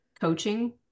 coaching